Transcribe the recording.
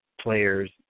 players